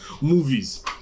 movies